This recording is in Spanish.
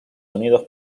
unidos